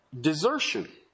Desertion